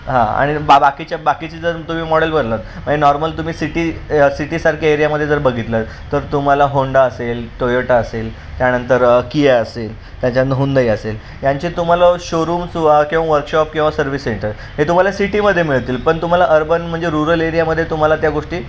हां आणि बा बाकीच्या बाकीचे जर तुम्ही मॉडेल बोललं नॉर्मल तुम्ही सिटी सिटीसारखे एरियामध्ये जर बघितलं तर तुम्हाला होंडा असेल टोयोटा असेल त्यानंतर किया असेल त्याच्यानंतर हुंदाई असेल यांचे तुम्हाला शोरूम्स किंवा वर्कशॉप किंवा सर्विस सेंटर हे तुम्हाला सिटीमध्ये मिळतील पण तुम्हाला अर्बन म्हणजे रुरल एरियामध्ये तुम्हाला त्या गोष्टी